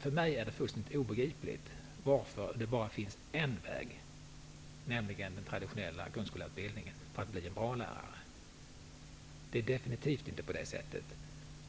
för mig är det fullständigt obegripligt varför det bara finns en väg att gå, nämligen den traditionella grundskollärarutbildningen, för att bli en bra lärare. Det är definitivt inte på det sättet.